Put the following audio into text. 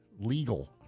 legal